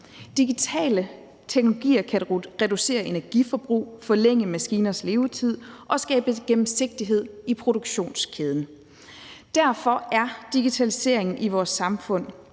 Digitale teknologier kan reducere energiforbruget, forlænge maskiners levetid og skabe gennemsigtighed i produktionskæden. Derfor er digitalisering i vores samfund